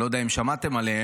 אני לא יודע אם שמעתם עליה.